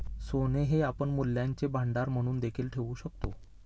सोने हे आपण मूल्यांचे भांडार म्हणून देखील ठेवू शकतो